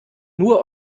nur